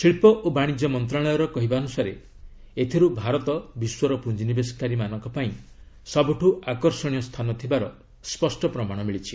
ଶିଳ୍ପ ଓ ବାଶିଜ୍ୟ ମନ୍ତ୍ରଣାଳୟର କହିବା ଅନୁସାରେ ଏଥିରୁ ଭାରତ ବିଶ୍ୱର ପୁଞ୍ଜିନିବେଶକାରୀମାନଙ୍କ ପାଇଁ ସବୁଠୁ ଆକର୍ଷଣୀୟ ସ୍ଥାନ ଥିବାର ସ୍ୱଷ୍ଟ ପ୍ରମାଣ ମିଳୁଛି